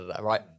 right